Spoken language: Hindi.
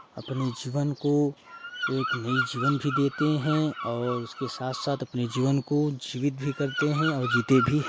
अपने जीवन को एक नई जीवन भी देते हैं और उसके साथ साथ अपने जीवन को जीवित भी करते हैं और जीते भी हैं